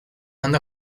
end